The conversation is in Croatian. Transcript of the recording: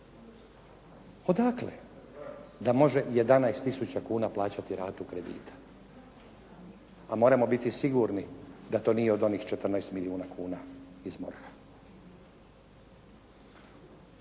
Odakle? Da može 11 tisuća kuna plaćati ratu kredita, a moramo biti sigurni da to nije od onih 14 milijuna kuna iz MORH-a.